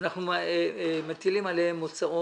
למצב שבו הוא אומר שאין לו כסף להחזיר למפקיד.